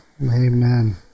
amen